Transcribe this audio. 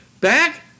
Back